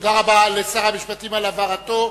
תודה רבה לשר המשפטים על הבהרתו.